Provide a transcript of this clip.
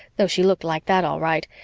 though she looked like that all right,